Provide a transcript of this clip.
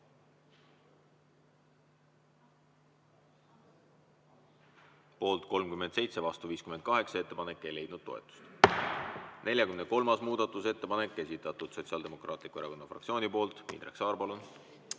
Poolt 37, vastu 58. Ettepanek ei leidnud toetust. 43. muudatusettepanek, esitatud Sotsiaaldemokraatliku Erakonna fraktsiooni poolt.